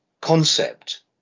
concept